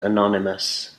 anonymous